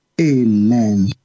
Amen